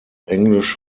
englisch